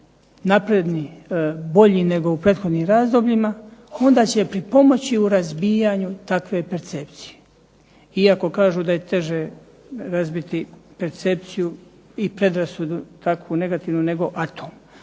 napredni, bolji nego u prethodnim razdobljima onda će pomoći u razbijanju takve percepcije. Iako kažu da je teže razbiti percepciju i predrasudu takvu negativno nego atom.